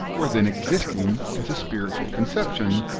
were then existing, as a spiritual concep tion,